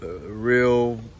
real